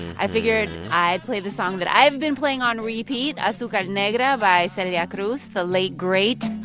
i figured i'd play the song that i've been playing on repeat, azucar negra by celia cruz the late, great.